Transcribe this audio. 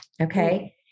Okay